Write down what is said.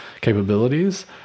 capabilities